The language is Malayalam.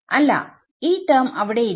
അല്ല ഈ ടെർമ് അവിടെ ഇല്ല